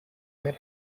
were